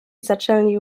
zaczęli